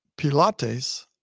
Pilates